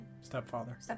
Stepfather